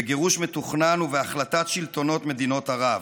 בגירוש מתוכנן ובהחלטת שלטונות מדינות ערב.